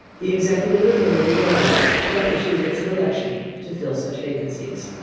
the executive authority thereof shall issue writs of election to fill such vacancies.